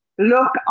Look